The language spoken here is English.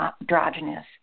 androgynous